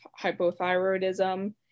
hypothyroidism